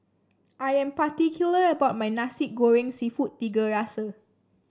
I am particular about my Nasi Goreng seafood Tiga Rasa